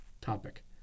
topic